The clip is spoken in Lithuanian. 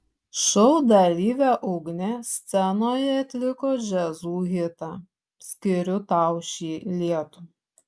šou dalyvė ugnė scenoje atliko jazzu hitą skiriu tau šį lietų